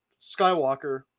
Skywalker